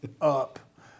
up